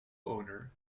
owner